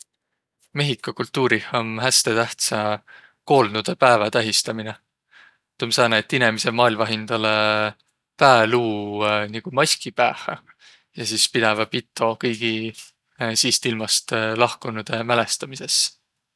Mehhiko kultuurih om häste tähtsä koolnudõ päävä tähistämine. Tuu om sääne, et inemiseq maalvaq hindäle pääluu nigu maski päähä ja sis pidäväq pito kõigi siist ilmast lahkunuidõ mälestämises.